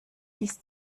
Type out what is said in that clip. dies